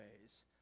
ways